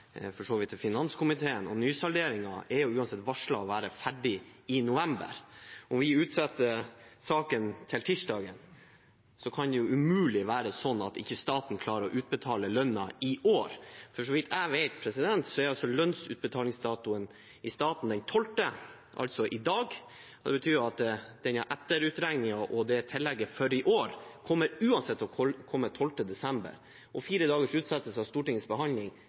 finanskomiteen, og nysalderingen er uansett varslet å være ferdig i november. Om vi utsetter saken til tirsdag, kan det umulig være sånn at staten ikke klarer å utbetale lønnen i år. Så vidt jeg vet, er lønnsutbetalingsdatoen i staten den 12., altså i dag. Det betyr at denne etterutregningen og tillegget for i år uansett kommer til å komme 12. desember. Fire dagers utsettelse av Stortingets behandling